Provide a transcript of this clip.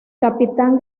capitán